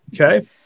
okay